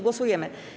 Głosujemy.